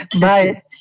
Bye